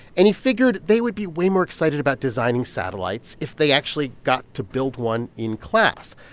and he figured they would be way more excited about designing satellites if they actually got to build one in class.